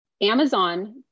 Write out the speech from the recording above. Amazon